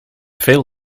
veel